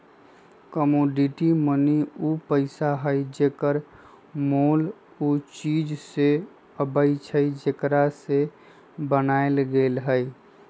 commodity money उ पइसा हइ जेकर मोल उ चीज से अबइ छइ जेकरा से बनायल गेल हइ